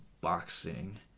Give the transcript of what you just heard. boxing